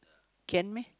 can meh